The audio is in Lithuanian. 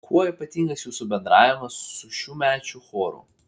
kuo ypatingas jūsų bendravimas su šiųmečiu choru